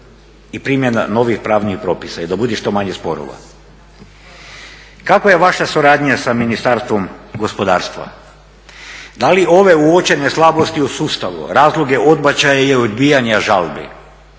i primjena novih pravnih propisa i da bude što manje sporova. Kakva je vaša suradnja sa Ministarstvom gospodarstva? Da li ove uočene slabosti u sustavu, razloge odbačaja i odbijanja žalbi